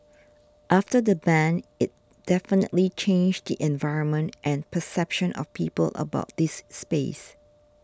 after the ban it definitely changed the environment and perception of people about this space